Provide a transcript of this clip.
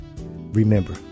Remember